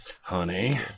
Honey